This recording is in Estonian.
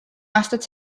aastat